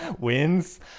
wins